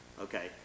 Okay